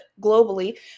globally